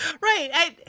right